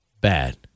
bad